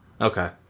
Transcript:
Okay